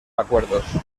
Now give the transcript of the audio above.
acuerdos